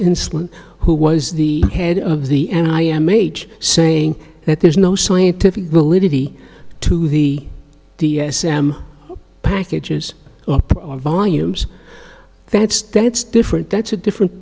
insulin who was the the head of the and i am age saying that there's no scientific validity to the d s m packages volumes that's that's different that's a different